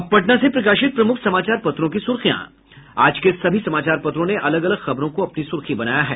अब पटना से प्रकाशित प्रमुख समाचार पत्रों की सुर्खियां आज के सभी समाचार पत्रों ने अलग अलग खबरों को अपनी सुर्खी बनाया है